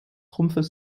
rumpfes